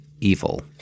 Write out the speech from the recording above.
evil